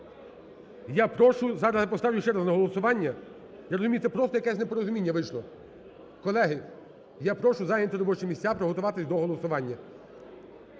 Я прошу, зараз я поставлю ще раз на голосування. Я розумію, це просто якесь непорозуміння вийшло. Колеги, я прошу зайняти робочі місця, приготуватись до голосування.